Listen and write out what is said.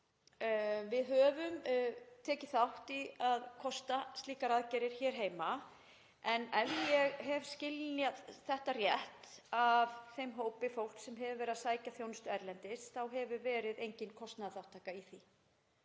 Við höfum tekið þátt í að kosta slíkar aðgerðir hér heima en ef ég hef skynjað þetta rétt frá þeim hópi fólks sem hefur verið að sækja þjónustu erlendis þá hefur engin kostnaðarþátttaka verið